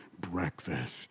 Breakfast